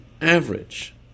average